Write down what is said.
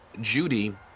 Judy